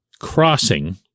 crossing